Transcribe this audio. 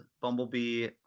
Bumblebee